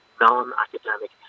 non-academic